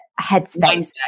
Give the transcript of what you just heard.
headspace